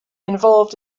involved